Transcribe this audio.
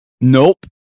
Nope